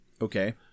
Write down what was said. Okay